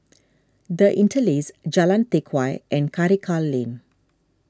the Interlace Jalan Teck Whye and Karikal Lane